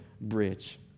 Bridge